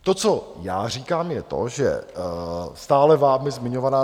To, co já říkám, je to, že stále vámi zmiňovaná